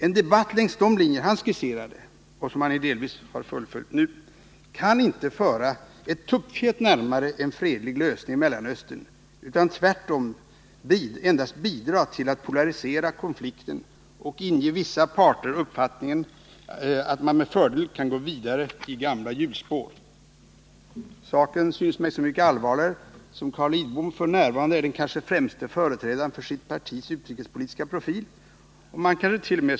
En debatt efter de linjer som han skisserade — och som han delvis fullföljt nu — kan inte föra Mellanösternfrågan ett tuppfjät närmare en fredlig lösning. Tvärtom, en sådan debatt bidrar endast till att polarisera konflikten och till att inge vissa parter uppfattningen att man med fördel kan gå vidare i gamla hjulspår. Saken synes mig så mycket allvarligare som Carl Lidbom f. n. är den kanske främste företrädaren för sitt partis utrikespolitiska profil. Man kansket.o.m.